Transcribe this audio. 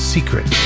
Secret